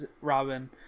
Robin